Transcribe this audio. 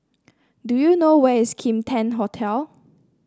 do you know where is Kim Tian Hotel